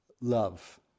love